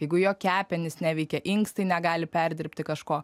jeigu jo kepenys neveikia inkstai negali perdirbti kažko